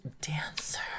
dancer